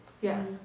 Yes